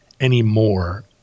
anymore